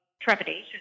trepidation